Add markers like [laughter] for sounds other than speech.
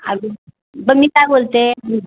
[unintelligible] बरं मी काय बोलते